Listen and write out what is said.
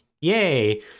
yay